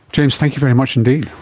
james, thank you very much indeed.